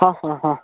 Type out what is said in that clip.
ହଁ ହଁ ହଁ